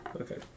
Okay